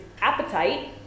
appetite